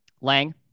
Lang